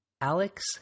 Alex